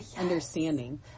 understanding